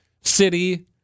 city